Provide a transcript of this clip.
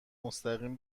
مستقیم